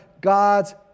God's